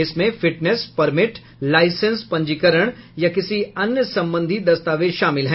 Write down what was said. इसमें fitness permit license पंजीकरण या किसी अन्य संबंधी दस्तावेज शामिल हैं